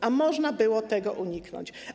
A można było tego uniknąć.